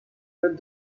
fêtes